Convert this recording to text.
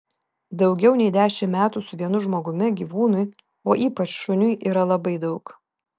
daugiau nei dešimt metų su vienu žmogumi gyvūnui o ypač šuniui yra labai daug